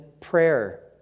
prayer